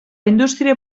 indústria